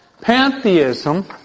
pantheism